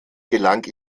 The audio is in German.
gelang